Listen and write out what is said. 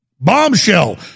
Bombshell